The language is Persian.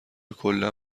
کلا